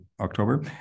October